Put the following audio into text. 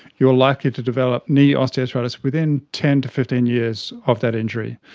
you are likely to develop knee osteoarthritis within ten to fifteen years of that injury.